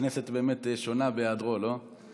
הכנסת באמת שונה בהיעדרו, לא?